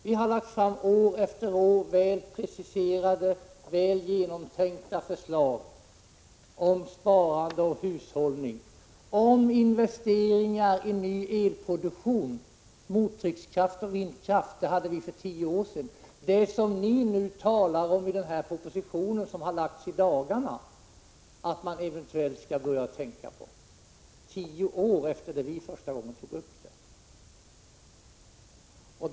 Vi har år efter år lagt fram väl preciserade, väl genomtänkta förslag om sparande och hushållning, om investeringar i ny elproduktion. Mottryckskraft och vindkraft föreslog vi för tio år sedan. Det som ni i den proposition som har lagts fram i dagarna nu talar om att man eventuellt skall börja tänka på kommer tio år efter det att vi första gången tog upp det.